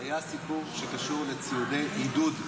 היה סיפור שקשור לציודי עידוד,